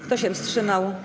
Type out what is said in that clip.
Kto się wstrzymał?